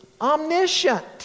omniscient